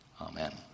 Amen